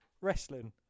wrestling